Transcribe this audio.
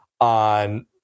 on